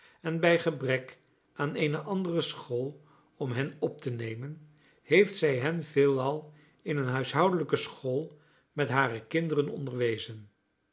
en bij gebrek aan eene andere school om hen op te nemen heeft zij hen veelal in een huishoudelijke school met hare kinderen onderwezen